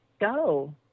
go